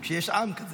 כי יש האג.